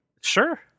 Sure